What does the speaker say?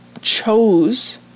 chose